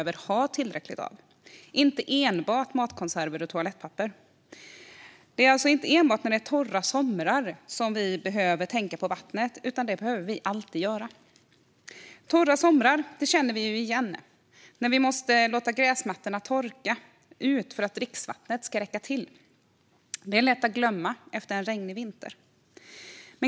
Det handlar inte enbart om matkonserver och toalettpapper. Det är alltså inte enbart när det är torra somrar som vi behöver tänka på vattnet, utan det behöver vi alltid göra. Torra somrar känner vi igen, när vi måste låta gräsmattorna torka ut för att dricksvattnet ska räcka till. Det är lätt att glömma efter en regnig vinter.